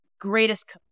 greatest